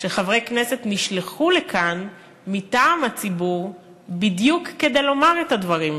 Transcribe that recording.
שחברי כנסת נשלחו לכאן מטעם הציבור בדיוק כדי לומר את הדברים,